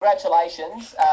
Congratulations